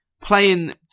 playing